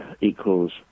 equals